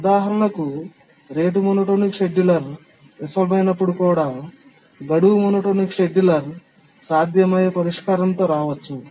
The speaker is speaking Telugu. ఉదాహరణకు రేటు మోనోటోనిక్ షెడ్యూలర్ విఫలమైనప్పుడు కూడా గడువు మోనోటోనిక్ షెడ్యూలర్ సాధ్యమయ్యే పరిష్కారంతో రావచ్చు